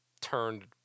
turned